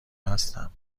مستم